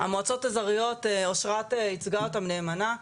המועצות האזוריות, אשרת ייצגה אותן נאמנה.